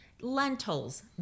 lentils